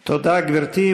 תודה, גברתי.